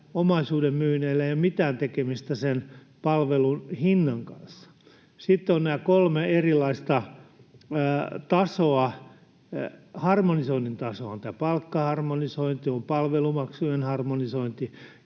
omaisuuden myynneillä ei ole mitään tekemistä sen palvelun hinnan kanssa. Sitten ovat nämä kolme erilaista harmonisoinnin tasoa: on tämä palkkaharmonisointi, on palvelumaksujen harmonisointi